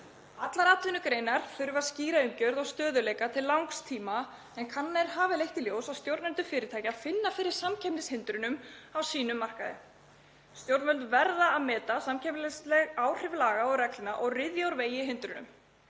Allar atvinnugreinar þurfa skýra umgjörð og stöðugleika til langs tíma en kannanir hafa leitt í ljós að stjórnendur fyrirtækja finna fyrir samkeppnishindrunum á sínum markaði. Stjórnvöld verða að meta samkeppnisleg áhrif laga og reglna og ryðja úr vegi hindrunum.